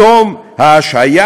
בתום ההשהיה,